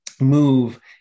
move